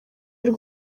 y’u